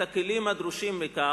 את הכלים הדרושים לכך,